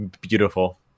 Beautiful